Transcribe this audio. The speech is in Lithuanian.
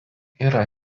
yra